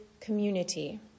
community